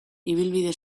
ibilbide